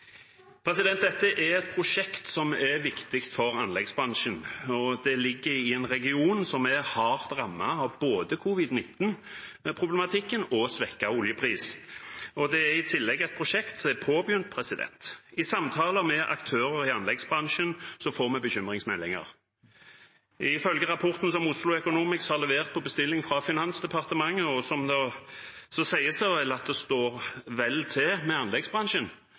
Dette er et prosjekt som er viktig for anleggsbransjen, og det ligger i en region som er hardt rammet av både covid-19-problematikken og svekket oljepris. Det er i tillegg et prosjekt som er påbegynt. I samtaler med aktører i anleggsbransjen får vi bekymringsmeldinger. Ifølge rapporten som Oslo Economics har levert på bestilling fra Finansdepartementet, sies det at det står vel til med anleggsbransjen,